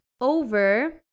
over